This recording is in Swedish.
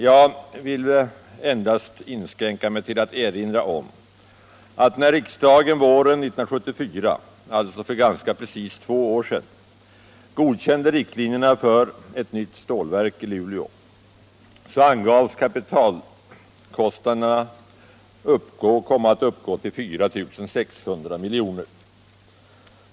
Jag vill endast inskränka mig till att erinra om att när riksdagen våren 1974, alltså för ganska precis två år sedan, godkände riktlinjerna för ett nytt stålverk i Luleå, angavs att kapitalkostnaderna skulle komma att uppgå till 4 600 milj.kr.